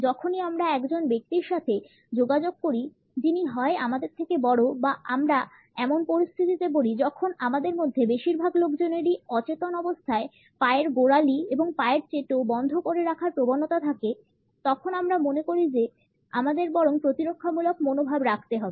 যখনই আমরা এমন একজন ব্যক্তির সাথে যোগাযোগ করি যিনি হয় আমাদের থেকে বড় বা আমরা এমন পরিস্থিতিতে পরি তখন আমাদের মধ্যে বেশিরভাগ লোকজনেরই অচেতন অবস্থায় পা এর গোড়ালি এবং পা এর চেটো বন্ধ করে রাখার প্রবণতা থাকে তখন আমরা মনে করি যে আমাদের বরং প্রতিরক্ষামূলক মনোভাব রাখতে হবে